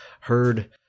heard